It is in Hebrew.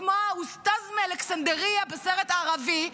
כמו האוסתאז מאלכסנדריה בסרט ערבי,